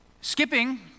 skipping